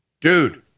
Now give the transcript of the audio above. Dude